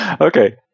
Okay